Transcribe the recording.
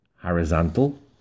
horizontal